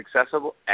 accessible